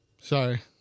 Sorry